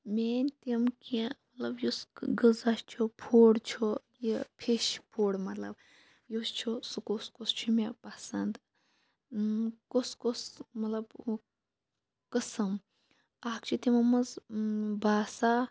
main تِم کینٛہہ مطلب یُس غذا چھُ فُڈ چھُ یہِ فِش فُڈ مطلب یُس چھُ سُہ کُس کُس چھُ مےٚ پَسنٛد کُس کُس مطلب قٕسٕم اَکھ چھِ تِمو منٛز باسا